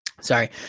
Sorry